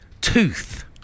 Tooth